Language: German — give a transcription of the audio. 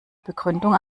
begründung